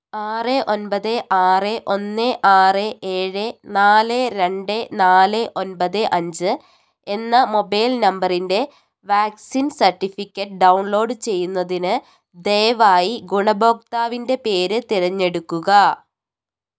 ആറ് ഒമ്പത് ആറ് ഒന്ന് ആറ് ഏഴ് നാല് രണ്ട് നാല് ഒൻപത് അഞ്ച് എന്ന മൊബൈൽ നമ്പറിന്റെ വാക്സിൻ സർട്ടിഫിക്കറ്റ് ഡൗൺലോഡ് ചെയ്യുന്നതിന് ദയവായി ഗുണഭോക്താവിന്റെ പേര് തിരഞ്ഞെടുക്കുക